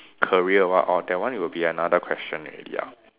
career or what orh that one will be another question already ah